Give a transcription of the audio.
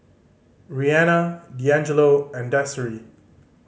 Rihanna Deangelo and Desiree